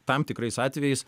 tam tikrais atvejais